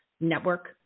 network